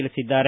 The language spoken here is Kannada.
ತಿಳಿಸಿದ್ದಾರೆ